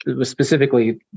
specifically